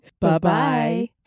Bye-bye